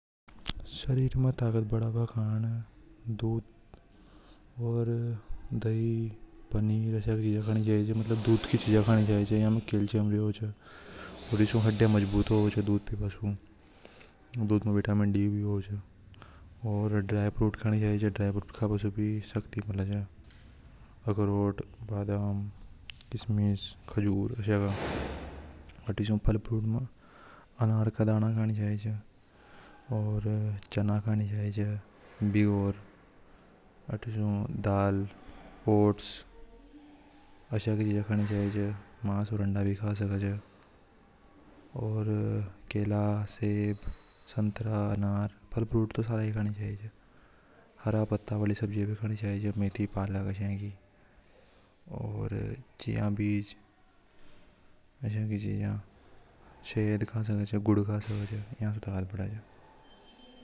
शरीरमें ताक़त बढ़ावा खोजें दूध और दही पनीर आशय की चीजा खानी चाहिए छे यम कैल्शियम रेवे च। ओर इसे हृदय मजबूत होवे छ सुबह पीना सु दूध की चीज खानी चाहिए दूध में विटामिन डी भी होवे छ और ड्राई फ्रूट खाने चाहिए ड्राय फ्रूट खाने से भी सकती मिले च अखरोट बादाम किशमिश आशया का अनार का दाना खानी चाहिए छ और चना खाने चाहिए दाल पोर्ट्स आशय की जीजा खानी चाहिए छ मास ओर। अंडा भी खानि चाहिए और केला सेब संतरा अनार फल फ्रूट तो सारे खानी चाहिए हरा पत्ता वाली सब्ज़ी भी खानी चाहिए छ मेथी पालक और जिया बीज आशय की जीजा शहद हर या से ताकत बड़े से।